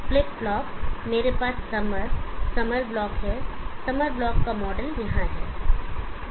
flip flop मेरे पास summer summer block है समर ब्लॉक का मॉडल यहाँ है